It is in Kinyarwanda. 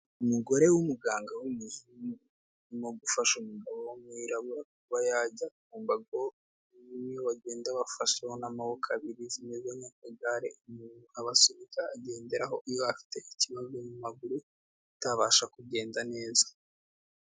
Umugore w'umuganga w'umuzungu, urimo gufasha umugabo w'umwirabura kuba yajya ku mbago, zimwe bagenda bafasheho n'amaboko abiri, zimeze nk'akagare umuntu abasubiza agenderaho, iyo afite ikibazo mu maguru atabasha kugenda neza.